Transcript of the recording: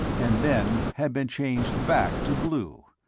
and then had been changed back to blue.